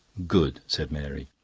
good! said mary.